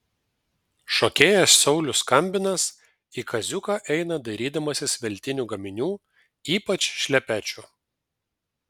šokėjas saulius skambinas į kaziuką eina dairydamasis veltinių gaminių ypač šlepečių